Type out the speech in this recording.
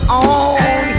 on